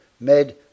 ...made